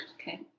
Okay